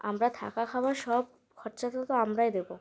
আমরা থাকা খাওয়া সব খরচা তো আমরাই দেবো